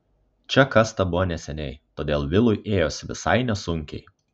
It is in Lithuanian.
čia kasta buvo neseniai todėl vilui ėjosi visai nesunkiai